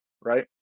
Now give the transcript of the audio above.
right